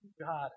God